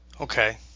Okay